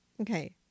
Okay